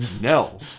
No